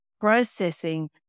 processing